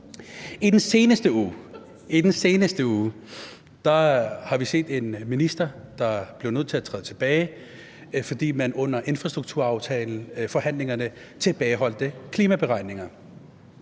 I den seneste uge har vi set en minister, der blev nødt til at træde tilbage, fordi han under infrastrukturaftaleforhandlingerne tilbageholdt klimaberegninger.